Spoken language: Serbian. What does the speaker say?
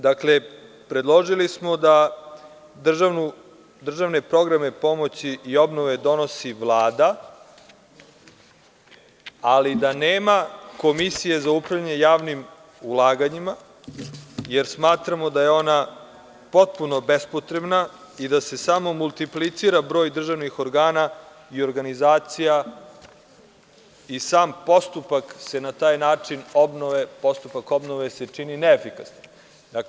Dakle, predložili smo da državne programe pomoći i obnove donosi Vlada, ali da nema komisije za upravljanje javnim ulaganjima, jer smatramo da je ona potpuno bespotrebna i da se samo multiplicira broj državnih organa i organizacija i sam postupak obnove se čini neefikasnim.